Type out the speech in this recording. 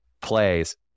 plays